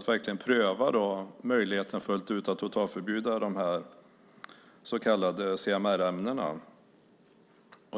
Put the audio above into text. inte prövar möjligheten fullt ut att totalförbjuda de så kallade CMR-ämnena.